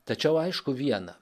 tačiau aišku viena